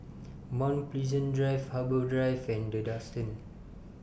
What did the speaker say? Mount Pleasant Drive Harbour Drive and The Duxton